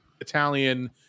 Italian